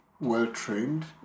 well-trained